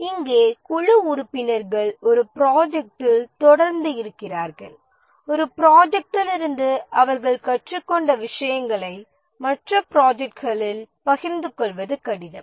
இங்கே குழு உறுப்பினர்கள் ஒரு ப்ராஜெக்ட்டில் தொடர்ந்து இருக்கிறார்கள் ஒரு ப்ராஜெக்ட்டிலிருந்து அவர்கள் கற்றுக்கொண்ட விஷயங்களை மற்ற ப்ராஜெக்ட்களில் பகிர்ந்து கொள்வது கடினம்